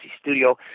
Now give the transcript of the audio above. studio